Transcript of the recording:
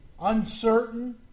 Uncertain